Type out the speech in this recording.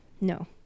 no